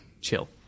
chill